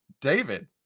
David